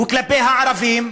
וכלפי הערבים,